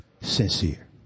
sincere